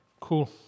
Cool